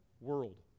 world